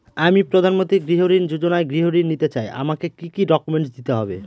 আমি প্রধানমন্ত্রী গৃহ ঋণ যোজনায় গৃহ ঋণ নিতে চাই আমাকে কি কি ডকুমেন্টস দিতে হবে?